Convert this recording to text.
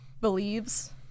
believes